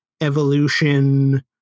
evolution